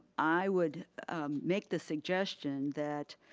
i would make the suggestion that